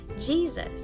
Jesus